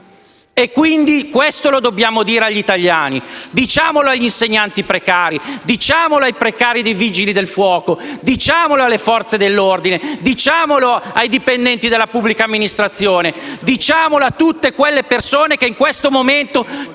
di pezza. Questo lo dobbiamo dire agli italiani. Diciamolo agli insegnanti precari, ai precari dei Vigili del fuoco, alle Forze dell'ordine, ai dipendenti della pubblica amministrazione. Diciamolo a tutte quelle persone che in questo momento